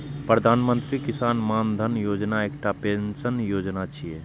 प्रधानमंत्री किसान मानधन योजना एकटा पेंशन योजना छियै